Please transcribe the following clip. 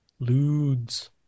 Ludes